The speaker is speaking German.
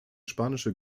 spanische